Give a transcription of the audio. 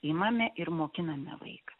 imame ir mokiname vaiką